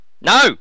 No